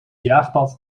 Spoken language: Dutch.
jaagpad